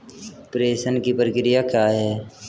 प्रेषण की प्रक्रिया क्या है?